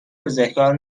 بزهکار